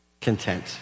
content